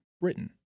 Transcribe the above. Britain